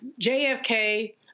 JFK